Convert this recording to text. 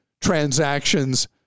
transactions